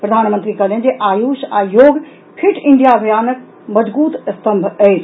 प्रधानमंत्री कहलनि जे आयुष आ योग फिट इंडिया अभियानक मजगूत स्तम्भ अछि